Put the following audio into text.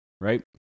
Right